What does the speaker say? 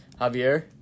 Javier